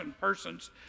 persons